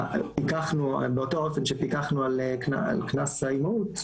באותו אופן שפיקחנו על קנס האימהות,